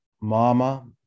Mama